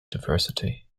diversity